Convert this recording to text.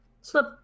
slip